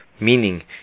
meaning